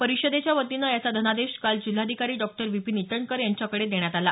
परिषदेच्या वतीनं याचा धनादेश काल जिल्हाधिकारी डॉक्टर विपीन इटणकर यांच्याकडे देण्यात आला